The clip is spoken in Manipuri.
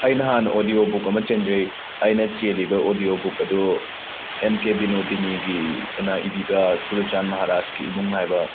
ꯑꯩ ꯅꯍꯥꯟ ꯑꯣꯗꯤꯌꯣ ꯕꯨꯛ ꯑꯃ ꯆꯦꯟꯖꯩ ꯑꯩꯅ ꯆꯦꯜꯂꯤꯕ ꯑꯣꯗꯤꯌꯣ ꯕꯨꯛ ꯑꯗꯣ ꯑꯦꯝ ꯀꯦ ꯕꯤꯅꯣꯗꯤꯅꯤꯒꯤ ꯑꯅꯥ ꯏꯕꯤꯕ ꯆꯨꯔꯆꯥꯟ ꯃꯍꯥꯔꯥꯁꯀꯤ ꯏꯃꯨꯡ ꯍꯥꯏꯕ